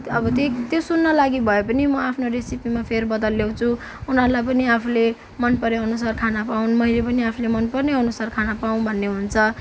अब त्यही त्यो सुन्नलाई भएपनि म आफ्नो रेसिपीमा फेरबदल ल्याउँछु उनीहरूलाई पनि आफुले मनपरे अनुसार खान पाउनु मैले पनि आफुले मनपर्ने अनुसार खान पाउँ भन्ने हुन्छ